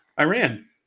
Iran